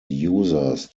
users